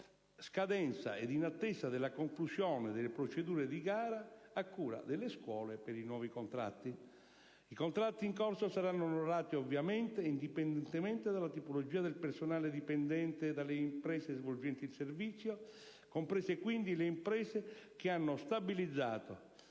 scadenza ed in attesa della conclusione delle procedure di gara (a cura delle scuole) per i nuovi contratti. I contratti in corso saranno onorati, ovviamente, indipendentemente dalla tipologia del personale dipendente dalle imprese svolgenti il servizio, comprese, quindi, le imprese che hanno stabilizzato